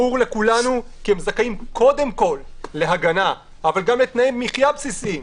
ברור לכולנו כי הם זכאים קודם כל להגנה אבל גם לתנאי מחייה בסיסיים.